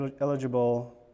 eligible